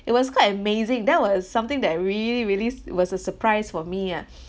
it was quite amazing that was something that really really it was a surprise for me ah